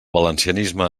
valencianisme